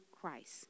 Christ